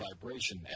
vibration